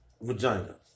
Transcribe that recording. vagina